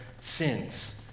sins